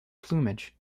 plumage